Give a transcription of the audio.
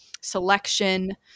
selection